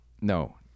No